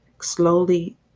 slowly